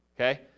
okay